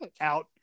out